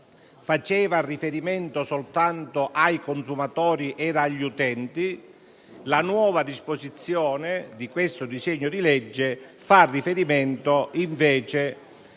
faceva riferimento soltanto ai consumatori e agli utenti, la nuova disposizione derivante da questo disegno di legge fa riferimento a